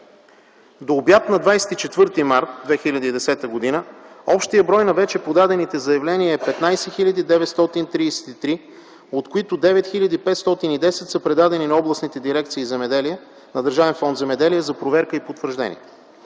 До обяд на 24 март 2010 г. общият брой на вече подадените заявления е 15 933, от които 9510 са предадени на областните дирекции „Земеделие” и на Държавен фонд „Земеделие” за проверка и потвърждение.